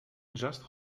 just